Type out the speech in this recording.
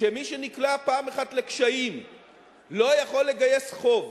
שמי שנקלע פעם אחת לקשיים לא יכול לגייס חוב,